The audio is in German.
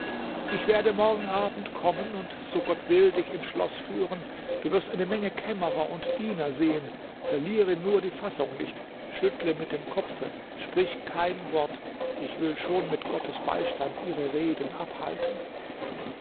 ach werde morgen abend kommen und so gott will dich ins schloß führen du wirst eine menge kämmerer und diener sehen verliere nur die fassung nicht schüttle mit dem kopfe sprich kein wort ich will schon mit gottes beistand ihre reden abhalten